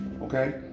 Okay